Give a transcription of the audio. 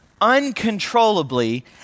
uncontrollably